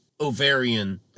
Ovarian